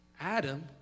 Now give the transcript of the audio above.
Adam